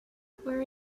where